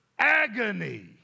agony